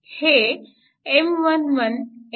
हे M11 M12